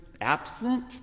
absent